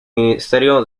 ministerio